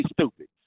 stupid